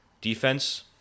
Defense